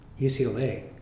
UCLA